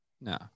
No